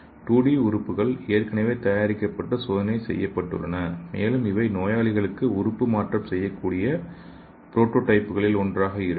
2 D உறுப்புகள் ஏற்கனவே தயாரிக்கப்பட்டு சோதனை செய்யப்பட்டுள்ளன மேலும் இவை நோயாளிகளுக்கு உறுப்பு மாற்றம் செய்யக்கூடிய புரோடோடைப்களில் ஒன்றாக இருக்கும்